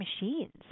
machines